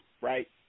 right